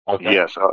Yes